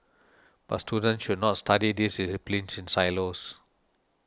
but students should not study these disciplines in silos